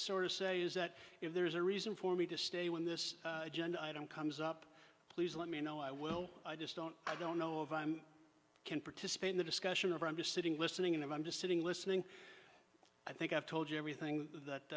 sort of say is that if there is a reason for me to stay when this agenda item comes up please let me know i will i just don't i don't know if i'm can participate in the discussion of i'm just sitting listening and i'm just sitting listening i think i've told you everything that